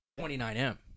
29M